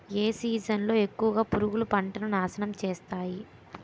ఏ season లో ఎక్కువుగా పురుగులు పంటను నాశనం చేస్తాయి?